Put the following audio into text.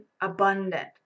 abundant